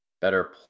better